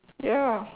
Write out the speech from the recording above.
ya